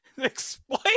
explain